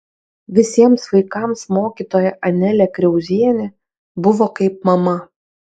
visiems vaikams mokytoja anelė kriauzienė buvo kaip mama